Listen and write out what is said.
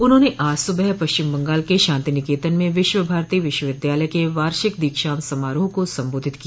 उन्होंने आज सुबह पश्चिम बंगाल के शांति निकेतन में विश्व भारती विश्वविद्यालय के वार्षिक दीक्षांत समारोह को संबोधित किया